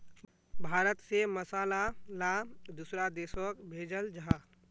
भारत से मसाला ला दुसरा देशोक भेजल जहा